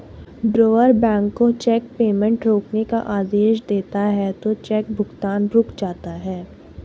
drawer bank को cheque payment रोकने का आदेश देता है तो चेक भुगतान रुक जाता है